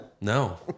No